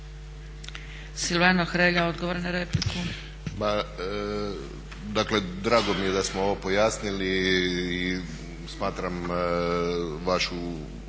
Silvano Hrelja odgovor na repliku.